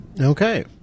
Okay